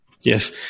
Yes